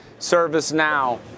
ServiceNow